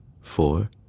four